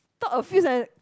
talk a few sentence